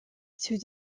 through